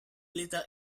little